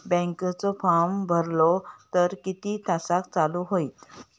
बँकेचो फार्म भरलो तर किती तासाक चालू होईत?